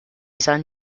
san